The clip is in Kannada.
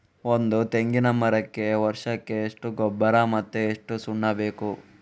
ಒಂದು ತೆಂಗಿನ ಮರಕ್ಕೆ ವರ್ಷಕ್ಕೆ ಎಷ್ಟು ಗೊಬ್ಬರ ಮತ್ತೆ ಎಷ್ಟು ಸುಣ್ಣ ಬೇಕು?